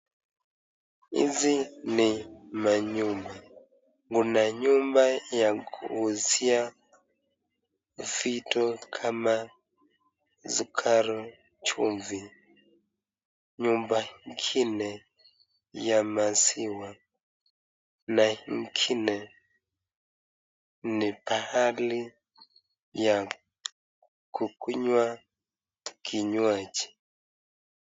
Hizi ni manyumba, kuna nyumba ya kuuzia vitu kama sukari, chumvi. Nyumba ngine ya maziwa na ngine ni pahali ya kukunywa kinywaji.